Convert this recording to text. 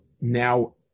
now